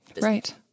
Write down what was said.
Right